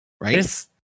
Right